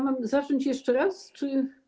Mam zacząć jeszcze raz czy.